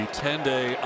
10-day